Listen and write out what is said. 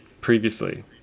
previously